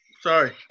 Sorry